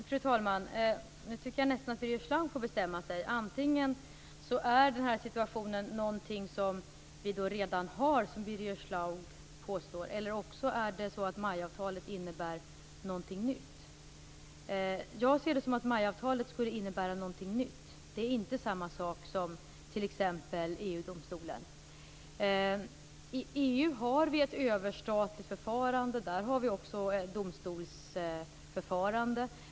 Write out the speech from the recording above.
Fru talman! Nu tycker jag att Birger Schlaug får bestämma sig. Antingen har vi redan den situation som Birger Schlaug påstår, eller också innebär MAI avtalet någonting nytt. Jag ser det som att MAI-avtalet skulle innebära någonting nytt. Det är inte samma sak som t.ex. EU-domstolen. I EU har vi ett överstatligt förfarande. Där har vi också ett domstolsförfarande.